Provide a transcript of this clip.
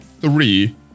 three